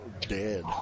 dead